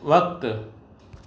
वक़्तु